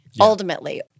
ultimately